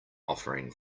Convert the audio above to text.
offering